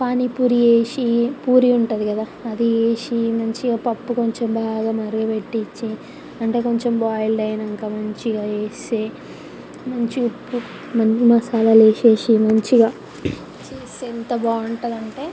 పానీపూరీ వేసి పూరి ఉంటుంది కదా అది వేసి మంచిగా పప్పు కొంచెం మరగబెట్టిచ్చి అంటే కొంచెం బోయిల్డయినాక మంచిగా వేసి మంచిగా ఉప్పు మం మసాలాలేసేసి మంచిగా చేస్తే ఎంత బాగుంటుందంటే